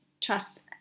trust